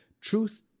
truth